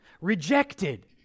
Rejected